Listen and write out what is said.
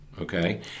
Okay